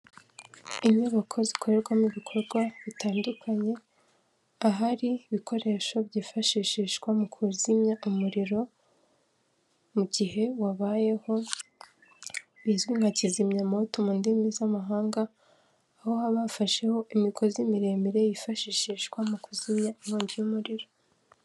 Inyubako zikorerwamo ibikorwa bitandukanye, ahari ibikoresho byifashishishwa mu kuzimya umuriro mu gihe wabayeho bizwi nka kizimyamto mu ndimi z'amahanga, aho haba hafasheho imigozi miremire yifashishishwa mu kuzimya inkongi y'umuriro.